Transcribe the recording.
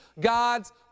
God's